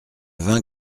vin